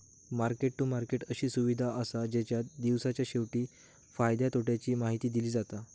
market to market अशी सुविधा असा जेच्यात दिवसाच्या शेवटी फायद्या तोट्याची माहिती दिली जाता